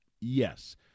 Yes